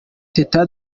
teta